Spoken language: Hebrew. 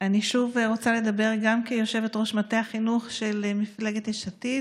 אני שוב רוצה לדבר גם כיושבת-ראש מטה החינוך של מפלגת יש עתיד